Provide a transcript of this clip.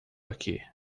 aqui